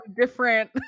different